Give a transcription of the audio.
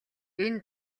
энэ